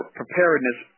preparedness